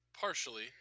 Partially